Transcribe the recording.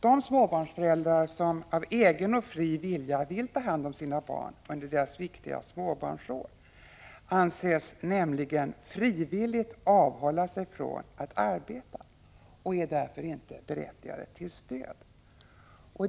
De småbarnsföräldrar som av egen och fri vilja vill ta hand om sina barn under deras viktiga småbarnsår anses nämligen ”frivilligt avhålla sig från att arbeta” och är därför inte berättigade till stöd.